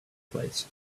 place